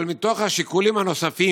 אבל מתוך השיקולים הנוספים,